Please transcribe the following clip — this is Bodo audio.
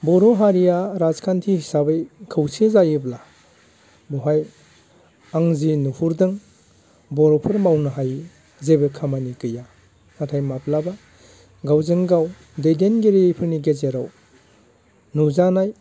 बर' हारिया राजखान्थि हिसाबै खौसे जायोब्ला बहाय आं जि नुहुरदों बर'फोर मावनो हायै जेबो खामानि गैया नाथाय माब्लाबा गावजों गाव दैदेनगिरिफोरनि गेजेराव नुजानाय